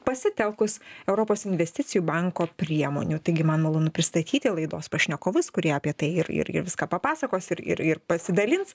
pasitelkus europos investicijų banko priemonių taigi man malonu pristatyti laidos pašnekovus kurie apie tai ir ir ir viską papasakos ir ir ir pasidalins